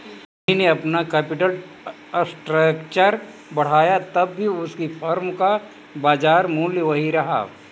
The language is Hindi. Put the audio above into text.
शनी ने अपना कैपिटल स्ट्रक्चर बढ़ाया तब भी उसकी फर्म का बाजार मूल्य वही रहा